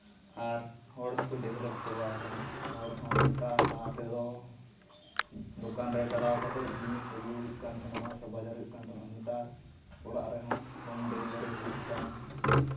ᱟᱨ ᱦᱚᱲ ᱦᱚᱸᱠᱚ ᱰᱮᱵᱷᱮᱞᱚᱯ ᱪᱟᱵᱟᱣ ᱠᱟᱱᱟ ᱦᱚᱲ ᱦᱚᱸ ᱱᱮᱛᱟᱨ ᱞᱟᱦᱟ ᱛᱮᱫᱚ ᱫᱳᱠᱟᱱ ᱨᱮ ᱪᱟᱞᱟᱣ ᱠᱟᱛᱮᱫ ᱡᱤᱱᱤᱥ ᱟᱹᱜᱩ ᱦᱩᱭᱩᱜ ᱠᱟᱱ ᱛᱟᱦᱮᱱᱚᱜᱼᱟ ᱥᱮ ᱵᱟᱡᱟᱨ ᱦᱩᱭᱩᱜ ᱠᱟᱱ ᱛᱟᱦᱮᱱᱚᱜᱼᱟ ᱱᱮᱛᱟᱨ ᱚᱲᱟᱜ ᱨᱮᱦᱚᱸ ᱦᱳᱢ ᱰᱮᱞᱤᱵᱷᱟᱨᱤ ᱦᱩᱭᱩᱜ ᱠᱟᱱᱟ